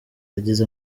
agize